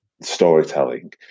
storytelling